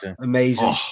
Amazing